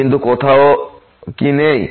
কিন্তু কোথাও কি নেই